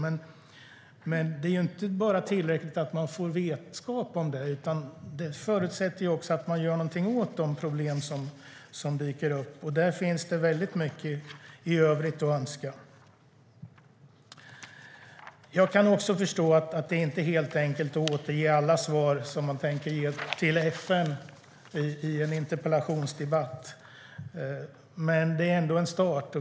Men det räcker inte att få vetskap, utan det förutsätter att man också gör någonting åt de problem som dyker upp. Där finns mycket övrigt att önska. Jag kan förstå att det i en interpellationsdebatt inte är möjligt att återge alla de svar som man tänker lämna till FN, men det är i alla fall en början.